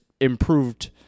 improved